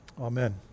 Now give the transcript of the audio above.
Amen